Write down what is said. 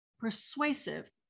persuasive